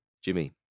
Jimmy